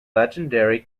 legendary